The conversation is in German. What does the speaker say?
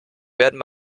werden